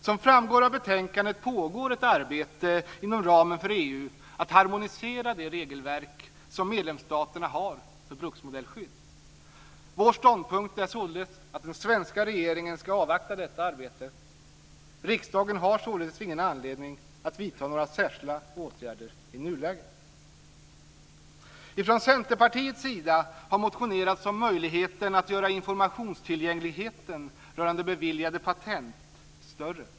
Som framgår av betänkandet pågår ett arbete inom ramen för EU att harmonisera de regelverk som medlemsstaterna har för bruksmodellskydd. Vår ståndpunkt är således att den svenska regeringen ska avvakta detta arbete. Riksdagen har således ingen anledning att vidta några särskilda åtgärder i nuläget. Ifrån Centerpartiets sida har motionerats om att göra informationstillgängligheten rörande beviljade patent större.